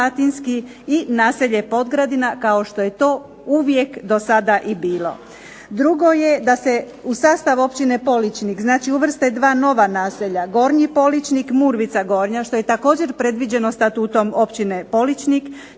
i naselje Podgradina kao što je to uvijek do sada i bilo. Drugo je da se u sastav općine Poličnik znači uvrste dva nova naselja Gornji Poličnik, Murvica Gornja, što je također predviđeno statutom općine Poličnik,